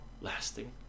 lasting